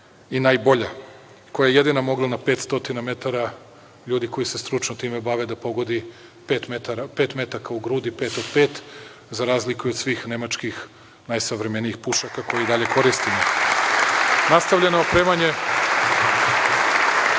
i najbolja, koja je jedina mogla na 500 metara, ljudi koji se stručno time bave, da pogodi pet metaka u grudi, pet od pet, za razliku od svih nemačkih najsavremenijih pušaka koje i dalje koristimo. Nastavljeno je opremanje